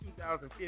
2015